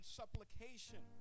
supplication